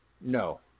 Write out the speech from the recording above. No